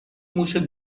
موش